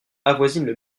avoisinent